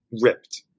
ripped